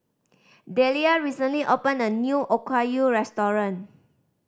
Deliah recently opened a new Okayu Restaurant